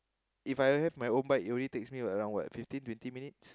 If I have my own bike it only takes me around what fifteen twenty minutes